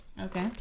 Okay